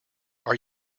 are